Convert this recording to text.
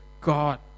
God